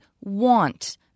want